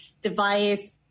device